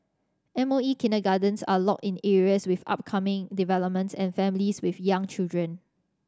M O E kindergartens are located in areas with upcoming developments and families with young children